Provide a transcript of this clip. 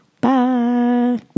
Bye